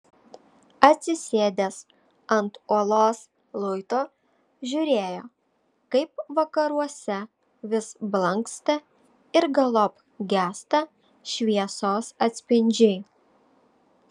atsisėdęs ant uolos luito žiūrėjo kaip vakaruose vis blanksta ir galop gęsta šviesos atspindžiai